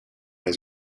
his